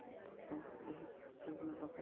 doctor ଏହି ବିଭିନ୍ନ ପ୍ରକାର